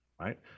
right